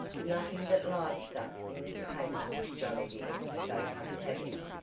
nothing but live stuff in this paper, johnnie dear, spoke up tavia.